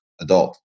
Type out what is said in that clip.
adult